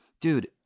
Dude